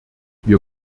wir